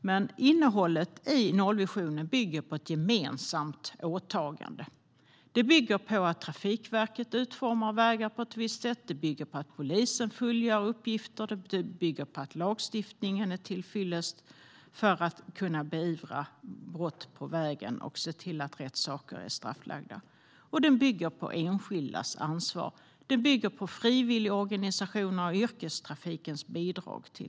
Men innehållet i nollvisionen bygger på ett gemensamt åtagande, på att Trafikverket utformar vägar på ett visst sätt, att polisen fullgör sina uppgifter, att lagstiftningen är till fyllest för att man ska kunna beivra brott på vägen och se till att rätt saker är straffbelagda, och den bygger på enskildas ansvar. Nollvisionen bygger på frivilligorganisationernas och yrkestrafikens bidrag.